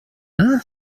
hein